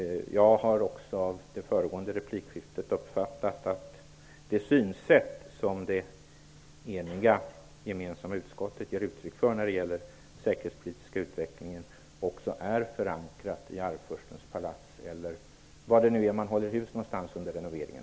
Jag har av det föregående replikskiftet uppfattat att det synsätt som det eniga sammansatta utskottet ger uttryck för när det gäller den säkerhetspolitiska utvecklingen är förankrat också i Arvfurstens palats, eller var man nu håller hus under renoveringen.